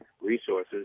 resources